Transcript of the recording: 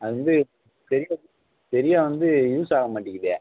அதுலிருந்து சரியாக சரியாக வந்து யூஸ் ஆக மாட்டேங்குது